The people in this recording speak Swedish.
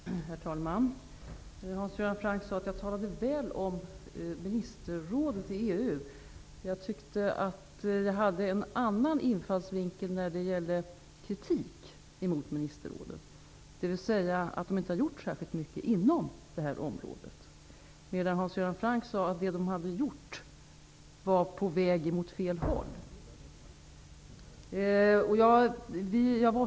Herr talman! Hans Göran Franck sade att jag talade väl om ministerrådet i EU. Jag tycker att jag hade en annan infallsvinkel när det gällde kritik av ministerrådet, nämligen att de inte har gjort särskilt mycket på det här området. Men Hans Göran Franck menade att det som de hade gjort var på väg åt fel håll.